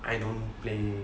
I don't play